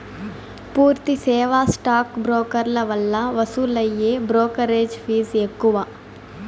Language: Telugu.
పూర్తి సేవా స్టాక్ బ్రోకర్ల వల్ల వసూలయ్యే బ్రోకెరేజ్ ఫీజ్ ఎక్కువ